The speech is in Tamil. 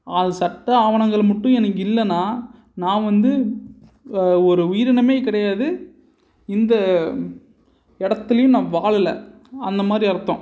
சட்ட ஆவணங்கள் மட்டும் எனக்கு இல்லைனா நான் வந்து வா ஒரு உயிரினமே கிடையாது இந்த இடத்திலியும் நான் வாழலை அந்தமாதிரி அர்த்தம்